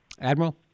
Admiral